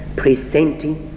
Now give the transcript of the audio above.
presenting